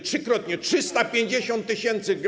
Trzykrotnie - 350 tys.